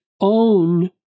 own